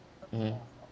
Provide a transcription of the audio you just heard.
mmhmm